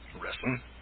wrestling